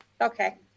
okay